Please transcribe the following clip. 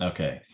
Okay